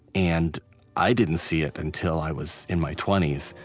and i didn't see it until i was in my twenty s.